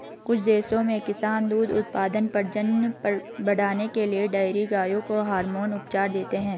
कुछ देशों में किसान दूध उत्पादन, प्रजनन बढ़ाने के लिए डेयरी गायों को हार्मोन उपचार देते हैं